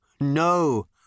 No